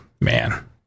man